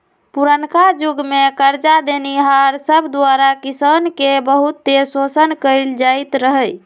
पुरनका जुग में करजा देनिहार सब द्वारा किसान के बहुते शोषण कएल जाइत रहै